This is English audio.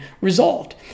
resolved